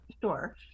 Sure